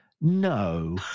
No